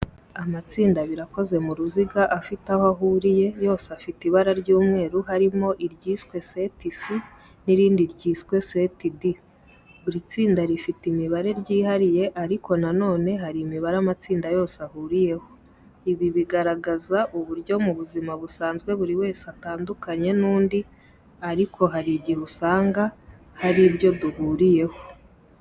Amatsinda abiri akoze mu ruziga, afite aho ahuriye yose afite ibara ry'umweru, harimo iryiswe seti C n'irindi ryiswe seti D. Buri tsinda rifite imibare ryihariye ariko na none hari imibare amatsinda yose ahuriyeho. Ibi bigaragaza uburyo mu buzima busanzwe buri wese atandukanye n'undi ariko hari igihe usanga hari ibyo duhuriyeho.